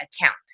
account